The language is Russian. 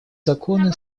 законы